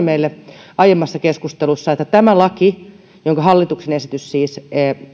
meille aiemmassa keskustelussa että tämä laki siis hallituksen esitys